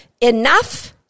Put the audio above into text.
Enough